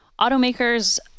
automakers